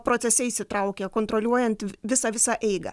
procese įsitraukę kontroliuojant visą visą eigą